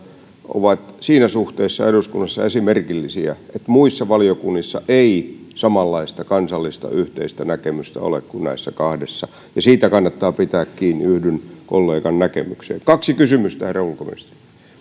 ovat siinä suhteessa eduskunnassa esimerkillisiä että muissa valiokunnissa ei samanlaista kansallista yhteistä näkemystä ole kuin näissä kahdessa siitä kannattaa pitää kiinni yhdyn kollegan näkemykseen kaksi kysymystä herra ulkoministeri